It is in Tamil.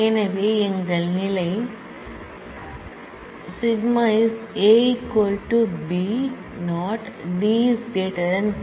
எனவே எங்கள் நிலை Ɵ is AB D5